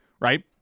Right